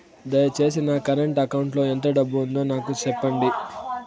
దయచేసి నా current account లో ఎంత డబ్బు ఉందో నాకు సెప్పండి